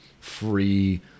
free